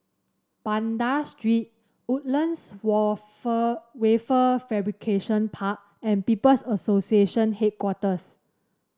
Banda Street Woodlands Wafer Fabrication Park and People's Association Headquarters